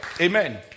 Amen